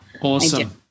Awesome